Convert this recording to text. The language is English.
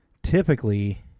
Typically